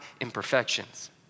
imperfections